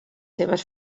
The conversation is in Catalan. seves